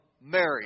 Mary